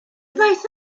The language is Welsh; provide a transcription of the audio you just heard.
ddaeth